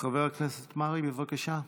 חבר הכנסת מרעי, בבקשה.